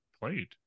played